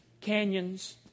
canyons